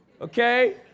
okay